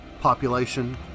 Population